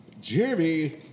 Jeremy